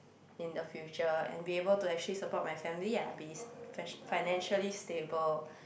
in the future and be able to actually support my family ah be it financially stable